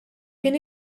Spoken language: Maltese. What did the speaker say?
kien